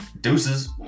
Deuces